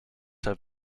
have